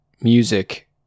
music